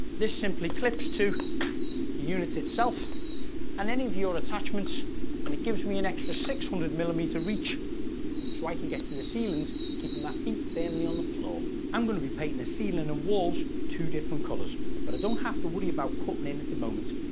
this simply clips to the units itself and any of your attachments and it gives me an extra six hundred millimeter reach so i can get to the ceilings keeping my feet firmly on the floor. i'm going to be painting the ceiling and walls two different colors but i don't have to worry about cutting in at the moment.